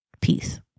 Peace